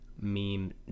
Meme